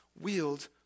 wield